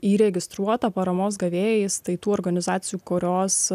įregistruotą paramos gavėjais tai tų organizacijų kurios